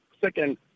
second